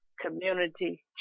Community